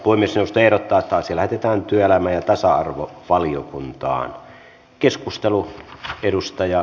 puhemiesneuvosto ehdottaa että asia lähetetään työelämä ja tasa arvovaliokuntaan